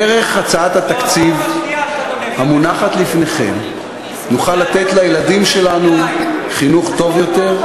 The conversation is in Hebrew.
דרך הצעת התקציב המונחת לפניכם נוכל לתת לילדים שלנו חינוך טוב יותר,